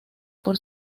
por